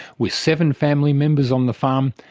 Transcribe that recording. with seven family members on the farm,